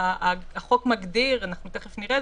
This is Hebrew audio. החוק מגדיר אנחנו תיכף נראה,